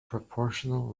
proportional